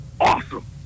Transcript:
awesome